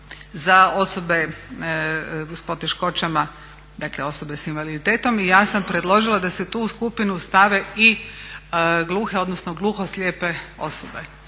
za osobe s poteškoćama, dakle osobe sa invaliditetom. I ja sam predložila da se u tu skupinu stave i gluhe, odnosno gluhoslijepe osobe.